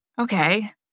okay